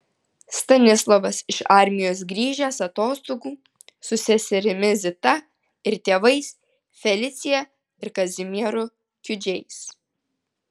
stanislovas iš armijos grįžęs atostogų su seserimi zita ir tėvais felicija ir kazimieru kiudžiais